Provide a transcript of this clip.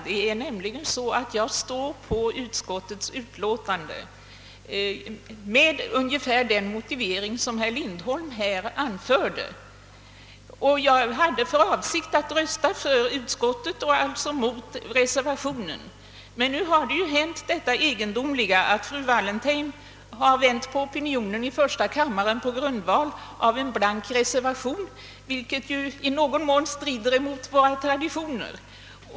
Jag står nämligen i utskottet på utskottsmajoritetens sida med ungefär samma motivering som den herr Lindholm nyss anfört. Jag hade även för avsikt att rösta för utskottets hemställan och alltså mot reservationen. Nu har emellertid det egendomliga hänt, att fru Wallentheim vänt opinionen i första kammaren på grundval av en blank reservation, något som ju i viss mån strider mot våra traditioner.